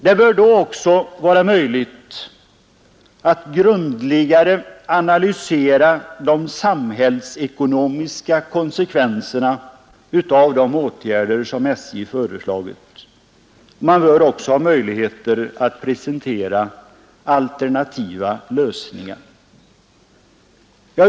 Det bör också vara möjligt att grundligare analysera de samhällsekonomiska konsekvenserna av de åtgärder som SJ föreslagit. Man bör då också ha möjligheter att presentera alternativa lösningar.